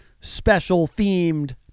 special-themed